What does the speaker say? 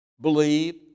believe